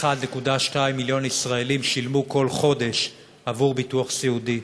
1.2 מיליון ישראלים שילמו כל חודש עבור ביטוח סיעודי,